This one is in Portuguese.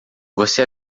você